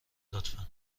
لطفا